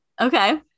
Okay